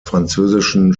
französischen